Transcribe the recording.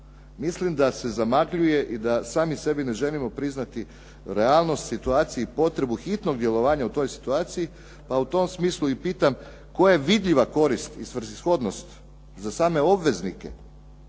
Mislim da se zamagljuje i da sami sebi ne želimo priznati realnost, situaciji i potrebu hitnog djelovanja u toj situaciji pa u tom smislu i pitam koja je vidljiva korist i svrsishodnost za same obveznike